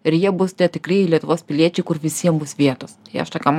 ir jie bus tie tikrieji lietuvos piliečiai kur visiem bus vietos tai aš tokiom